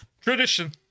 Tradition